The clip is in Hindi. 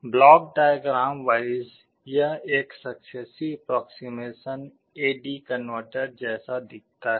ब्लॉक डायग्राम वाइज यह एक successive approximation A D converter ऐसा दिखता है